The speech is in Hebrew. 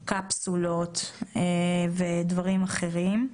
קפסולות ודברים אחרים,